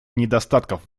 недостатков